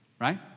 right